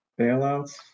Bailouts